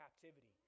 captivity